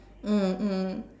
mm mm